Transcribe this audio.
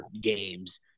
games